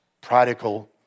prodigal